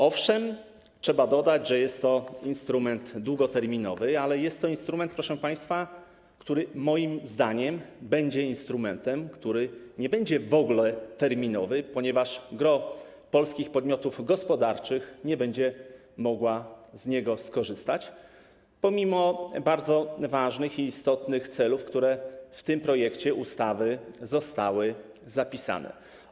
Owszem, trzeba dodać, że jest to instrument długoterminowy, ale jest to instrument, proszę państwa, który moim zdaniem będzie instrumentem, który nie będzie w ogóle terminowy, ponieważ gros polskich podmiotów gospodarczych nie będzie mogło z niego skorzystać pomimo bardzo ważnych i istotnych celów, jakie zostały w tym projekcie ustawy zapisane.